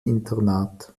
internat